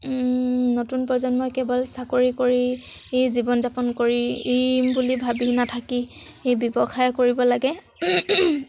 নতুন প্ৰজন্মই কেৱল চাকৰি কৰি জীৱন যাপন কৰিম বুলি ভাবি নাথাকি সেই ব্যৱসায় কৰিব লাগে